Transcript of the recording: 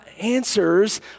answers